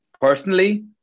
personally